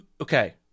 okay